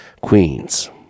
Queens